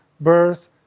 birth